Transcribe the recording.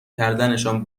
کردنشان